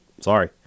Sorry